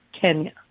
Kenya